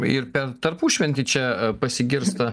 ir per tarpušventį čia pasigirsta